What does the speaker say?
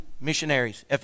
missionaries